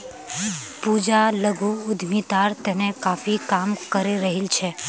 पूजा लघु उद्यमितार तने काफी काम करे रहील् छ